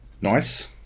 Nice